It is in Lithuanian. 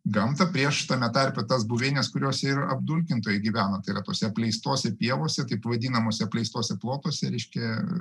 gamtą prieš tame tarpe tas buveines kurios ir apdulkintojai gyvena tai yra tose apleistose pievose taip vadinamuose apleistuose plotuose reiškia